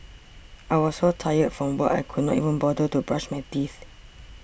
I was so tired from work I could not even bother to brush my teeth